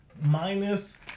minus